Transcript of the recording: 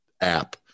app